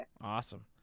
Awesome